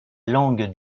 langue